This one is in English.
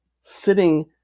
sitting